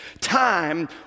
time